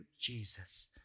Jesus